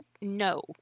no